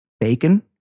bacon